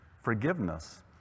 forgiveness